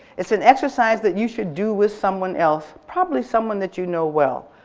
it's an exercise that you should do with someone else, probably someone that you know well.